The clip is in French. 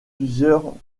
plusieurs